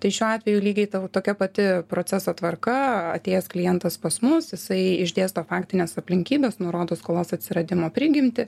tai šiuo atveju lygiai ta tokia pati proceso tvarka atėjęs klientas pas mus jisai išdėsto faktines aplinkybes nurodo skolos atsiradimo prigimtį